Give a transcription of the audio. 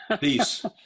Peace